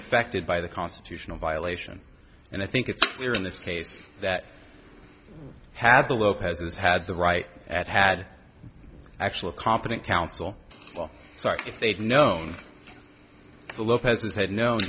affected by the constitutional violation and i think it's clear in this case that had the lopez's had the right at had actual competent counsel sorry if they'd known the lopez's had known